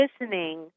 listening